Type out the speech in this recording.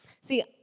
See